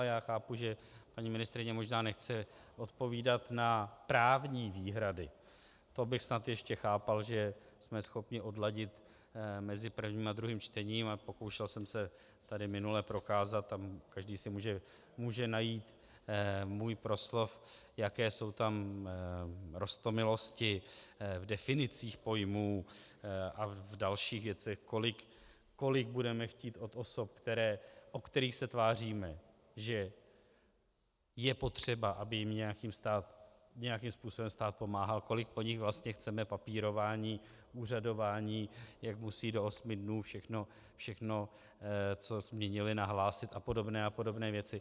Já chápu, že paní ministryně možná nechce odpovídat na právní výhrady, to bych snad ještě chápal, že jsme schopni vyladit mezi prvním a druhým čtením, a pokoušel jsem se tady minule prokázat a každý si může najít můj proslov jaké jsou tam roztomilosti v definicích pojmů a v dalších věcech, kolik budeme chtít od osob, u kterých se tváříme, že je potřeba, aby jim nějakým způsobem stát pomáhal, kolik po nich vlastně chceme papírování, úřadování, jak musí do osmi dnů všechno, co změnili, nahlásit a podobné a podobné věci.